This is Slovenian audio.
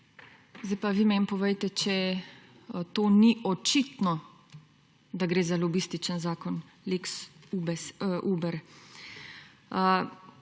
Sedaj pa vi meni povejte, če to ni očitno, da gre za lobističen zakon, lex Uber.